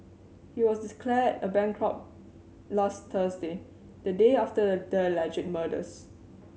he was declared a bankrupt last Thursday the day after the alleged murders